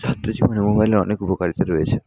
ছাত্রজীবনে মোবাইলের অনেক উপকারিতা রয়েছে